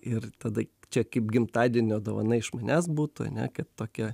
ir tada čia kaip gimtadienio dovana iš manęs būtų ane tokia